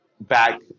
back